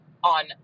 on